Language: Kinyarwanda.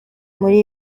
muri